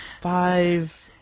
five